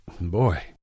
boy